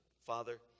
Father